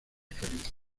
felices